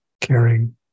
caring